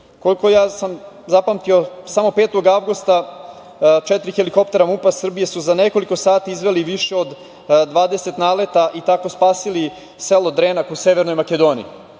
Grčkoj. Koliko sam zapamtio, samo 5. avgusta četiri helikoptera MUP-a Srbije su za nekoliko sati izveli više od 20 naleta i tako spasili selo Drena u Severnoj Makedoniji,